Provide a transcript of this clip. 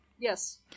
yes